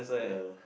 ya